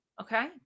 okay